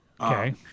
Okay